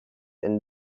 and